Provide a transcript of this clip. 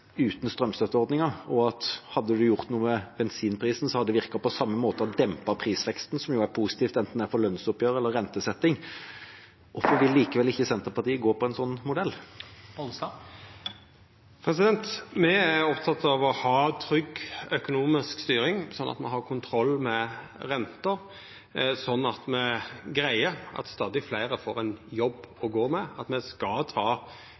uten strømstøtteordninga, og at hadde man gjort noe med bensinprisen, hadde det virket på samme måte og dempet prisveksten, noe som jo er positivt enten det er for lønnsoppgjør eller rentesetting. Hvorfor vil likevel ikke Senterpartiet gå for en sånn modell? Me er opptekne av å ha trygg økonomisk styring, sånn at me har kontroll med renta, sånn at stadig fleire får ein jobb